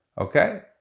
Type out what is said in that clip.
Okay